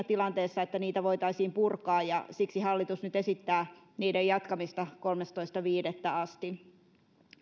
tilanteessa että niitä voitaisiin purkaa ja siksi hallitus nyt esittää niiden jatkamista kolmastoista viidettä asti